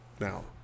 Now